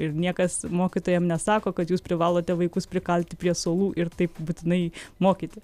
ir niekas mokytojam nesako kad jūs privalote vaikus prikalti prie suolų ir taip būtinai mokyti